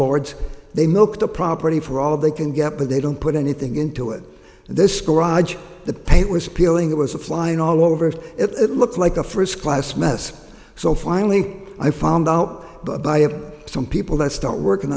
lords they milked the property for all they can get but they don't put anything into it this garage the paint was peeling it was a flying all over it looks like a first class mess so finally i found out by a some people that start working